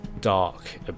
dark